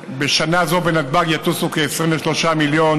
בשנה זו בנתב"ג יטוסו כ-23 מיליון